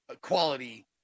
quality